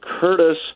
Curtis